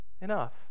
enough